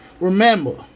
remember